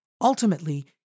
Ultimately